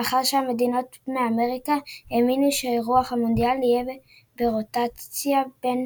מאחר שהמדינות מאמריקה האמינו שאירוח המונדיאל יהיה ברוטציה בין